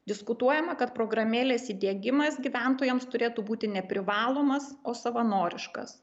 diskutuojama kad programėlės įdiegimas gyventojams turėtų būti neprivalomas o savanoriškas